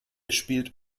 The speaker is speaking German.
spielt